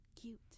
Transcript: cute